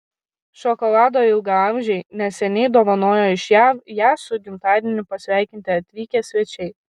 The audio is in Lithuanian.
šokolado ilgaamžei neseniai dovanojo iš jav ją su gimtadieniu pasveikinti atvykę svečiai